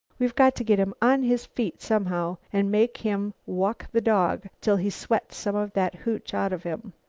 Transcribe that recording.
we've got to get him on his feet somehow and make him walk the dog till he sweats some of that hooch out of him.